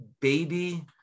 baby